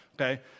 okay